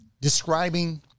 describing